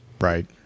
Right